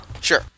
sure